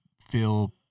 feel